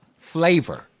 flavor